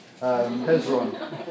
Hezron